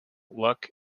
luck